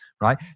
right